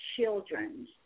children